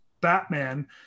Batman